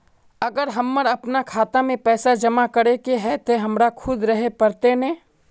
अगर हमर अपना खाता में पैसा जमा करे के है ते हमरा खुद रहे पड़ते ने?